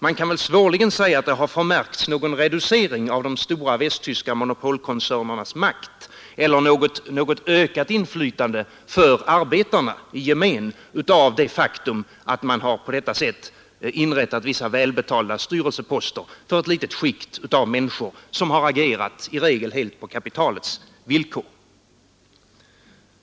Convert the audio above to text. Man kan väl svårligen säga att det har märkts någon reducering av de stora västtyska monopolkoncernernas makt eller något ökat inflytande för arbetarna i gemen på grund av det faktum att man på detta sätt har inrättat vissa välbetalda styrelseposter för ett litet skikt av människor, som i regel har agerat helt på kapitalets villkor.